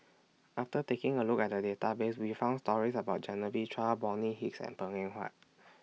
after taking A Look At The Database We found stories about Genevieve Chua Bonny Hicks and Png Eng Huat